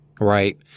Right